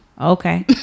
okay